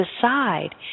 decide